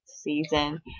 season